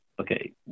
Okay